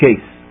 Case